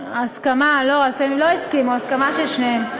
הם לא הסכימו, הסכמה של שניהם.